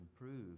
improve